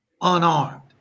unarmed